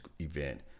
event